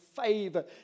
favor